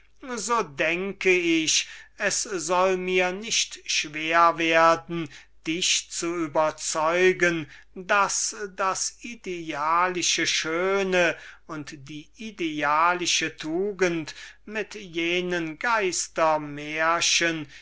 so denke ich daß es nicht schwer sein werde dich zu überzeugen daß das idealische schöne und die idealische tugend mit jenen